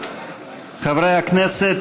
חברי הכנסת,